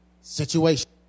situation